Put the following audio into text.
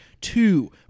two